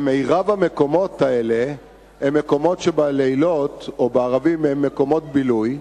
רוב המקומות האלה הם מקומות שבלילות או בערבים הם מקומות בילוי,